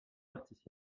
partis